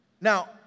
Now